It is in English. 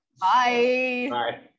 Bye